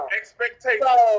expectations